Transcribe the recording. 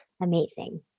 Amazing